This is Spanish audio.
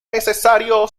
necesario